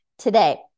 Today